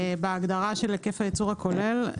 בהגדרה של היקף הייצור הכולל,